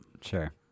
sure